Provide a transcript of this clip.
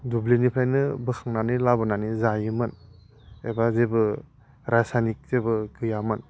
दुब्लिनिफ्रायनो बोखांनानै लाबोनानै जायोमोन एबा जेबो रासायनिक जेबो गैयामोन